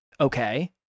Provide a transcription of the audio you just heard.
Okay